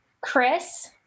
Chris